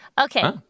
Okay